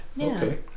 okay